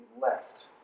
left